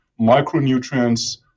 micronutrients